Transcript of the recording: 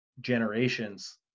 generations